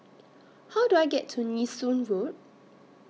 How Do I get to Nee Soon Road